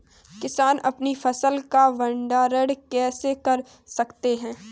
किसान अपनी फसल का भंडारण कैसे कर सकते हैं?